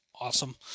awesome